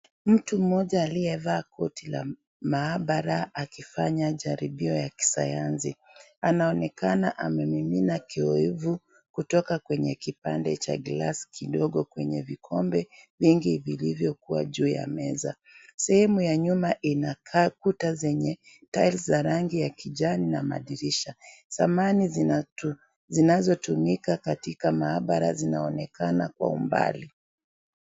Mtu mmoja aliyevaa koti la maabara akifanya jaribio ya kisayansi. Anaonekana amemimina kiyowevu kutoka kwenye kipande cha glasi kidogo kwenye vikombe vingi vilivyokuwa juu ya meza. Sehemu ya nyuma inakaa kuta zenye tiles za rangi ya kijani na madirisha. Samani zinazotumika katika maabara zinaonekana kwa umbali.